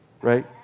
right